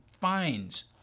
fines